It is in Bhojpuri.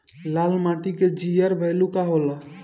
लाल माटी के जीआर बैलू का होला?